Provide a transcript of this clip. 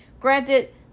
Granted